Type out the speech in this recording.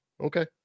Okay